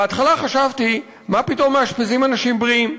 בהתחלה חשבתי, מה פתאום מאשפזים אנשים בריאים?